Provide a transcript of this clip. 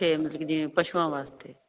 ਪਸ਼ੂਆਂ ਵਾਸਤੇ